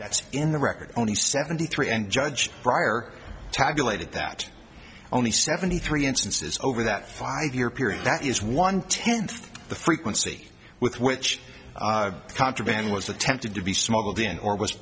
that's in the record only seventy three and judge bryer tabulated that only seventy three instances over that five year period that is one tenth the frequency with which contraband was attempted to be smuggled in or was